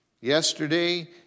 Yesterday